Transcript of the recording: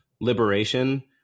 liberation